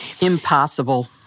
Impossible